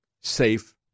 safe